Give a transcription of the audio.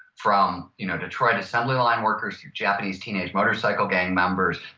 from you know detroit assembly line workers to japanese teenage motorcycle gang members,